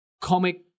comic